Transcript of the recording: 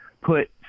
put